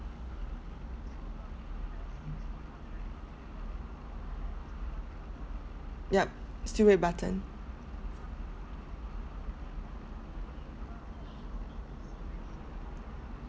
yup still red button